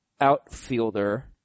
outfielder